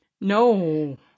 No